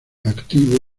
activo